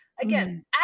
Again